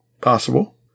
Possible